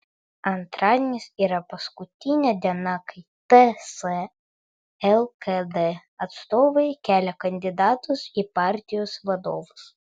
antradienis yra paskutinė diena kai ts lkd atstovai kelia kandidatus į partijos vadovus